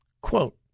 quote